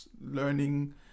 learning